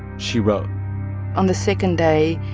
she wrote on the second day,